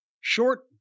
short